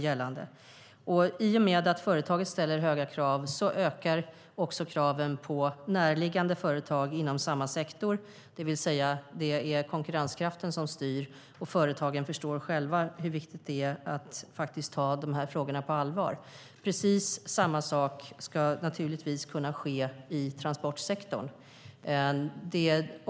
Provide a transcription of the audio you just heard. I och med att företaget ställer höga krav ökar också kraven på närliggande företag inom samma sektor. Det är alltså konkurrenskraften som styr, och företagen förstår själva hur viktigt det är att ta de här frågorna på allvar. Precis samma sak ska naturligtvis kunna ske i transportsektorn.